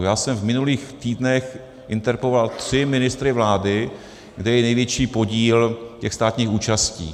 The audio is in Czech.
Já jsem v minulých týdnech interpeloval tři ministry vlády, kde je největší podíl těch státních účastí.